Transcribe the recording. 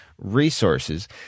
resources